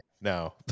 No